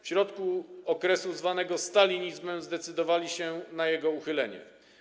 W środku okresu zwanego stalinizmem zdecydowali się na jego uchylenie.